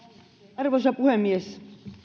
arvoisa puhemies